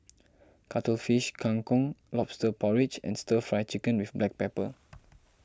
Cuttlefish Kang Kong Lobster Porridge and Stir Fry Chicken with Black Pepper